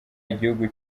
igihugu